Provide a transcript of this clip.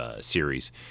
series